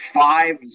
five